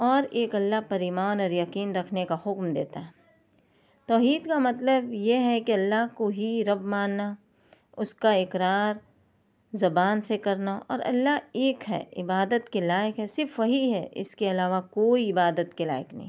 اور ایک اللہ پر ایمان اور یقین رکھنے کا حکم دیتا ہے توحید کا مطلب یہ ہے کہ اللہ کو ہی رب ماننا اس کا اقرار زبان سے کرنا اور اللہ ایک ہے عبادت کے لائق ہے صرف وہی ہے اس کے علاوہ کوئی عبادت کے لائق نہیں